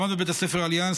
למד בבית ספר אליאנס,